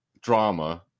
drama